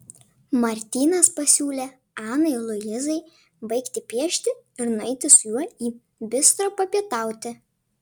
martynas pasiūlė anai luizai baigti piešti ir nueiti su juo į bistro papietauti